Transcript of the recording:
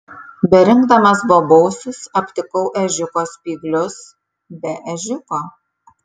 berinkdamas bobausius aptikau ežiuko spyglius be ežiuko